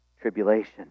Tribulation